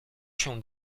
się